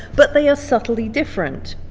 but they are subtly different.